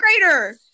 grader